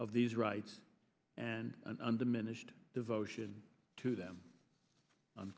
of these rights and undiminished devotion to them